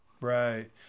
right